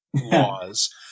laws